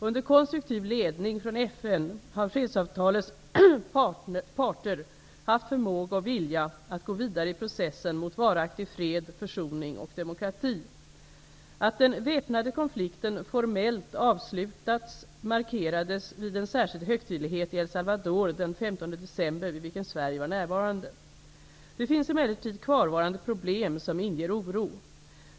Under konstruktiv ledning från FN har fredsavtalets parter haft förmåga och vilja att gå vidare i processen mot varaktig fred, försoning och demokrati. Att den väpnade konflikten formellt avslutats markerades vid en särskild högtidlighet i El Det finns emellertid kvarvarande problem som inger oro.